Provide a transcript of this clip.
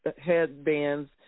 headbands